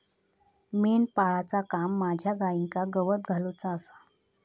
मेंढपाळाचा काम माझ्या गाईंका गवत घालुचा आसा